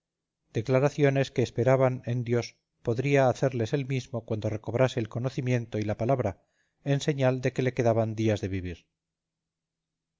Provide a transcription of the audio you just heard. declaraciones que esperaban en dios podría hacerles él mismo cuando recobrase el conocimiento y la palabra en señal de que le quedaban días que vivir